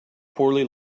poorly